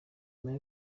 nyuma